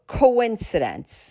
coincidence